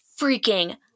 freaking